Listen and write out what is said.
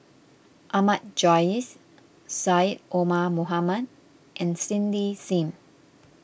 Ahmad Jais Syed Omar Mohamed and Cindy Sim